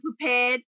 prepared